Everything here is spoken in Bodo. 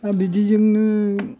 हा बिदिजोंनो